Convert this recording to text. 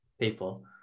people